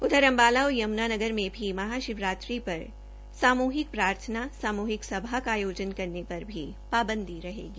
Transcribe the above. उधर अंबाला और यमुनानगर में भी महाशिवरात्रि पर सामूहिक प्रार्थना सामूहिक सभा का आयोजन करने पर भी पाबंदी रहेगी